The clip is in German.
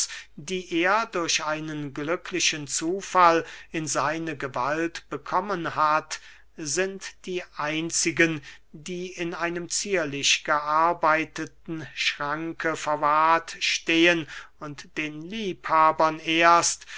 die er durch einen glücklichen zufall in seine gewalt bekommen hat sind die einzigen die in einem zierlich gearbeiteten schranke verwahrt stehen und den liebhabern erst